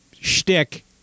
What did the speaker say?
shtick